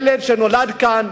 ילד שנולד כאן,